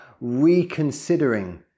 reconsidering